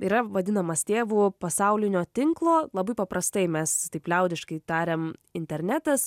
yra vadinamas tėvu pasaulinio tinklo labai paprastai mes taip liaudiškai tariam internetas